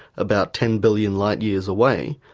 about ten billion light years away,